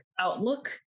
outlook